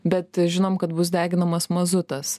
bet žinom kad bus deginamas mazutas